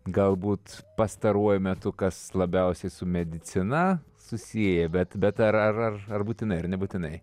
galbūt pastaruoju metu kas labiausiai su medicina susiję bet bet ar ar būtinai ar nebūtinai